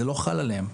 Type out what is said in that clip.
זה לא חל עליהם.